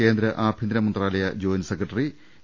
കേന്ദ്ര ആഭൃന്തര മന്ത്രാലയം ജോയിന്റ് സെക്രട്ടറി എ